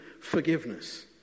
forgiveness